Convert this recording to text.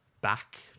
back